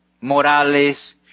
morales